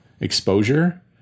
exposure